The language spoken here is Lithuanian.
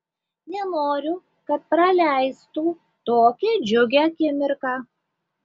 nenoriu kad praleistų tokią džiugią akimirką